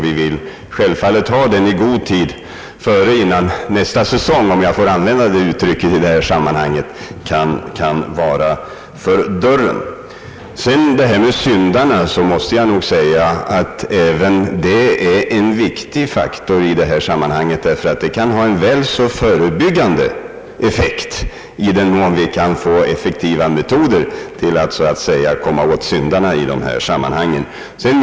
Vi vill självfallet ha den i god tid innan nästa säsong — om jag får använda det uttrycket i detta sammanhang — står för dörren. Vad beträffar syndarna måste jag nog säga att det är en viktig faktor i detta sammanhang att spåra upp dessa, ty i den mån vi kan få effektiva metoder att komma åt syndarna med uppnår vi en förebyggande effekt.